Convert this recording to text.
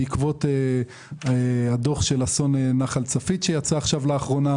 בעקבות הדוח של אסון נחל צפית שיצא לאחרונה